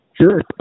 Sure